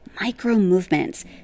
micro-movements